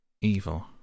Evil